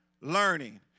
Learning